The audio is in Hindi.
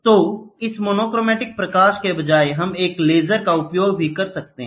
तो इस मोनोक्रोमैटिक प्रकाश के बजाय हम एक लेजर का उपयोग भी कर सकते हैं